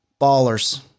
Ballers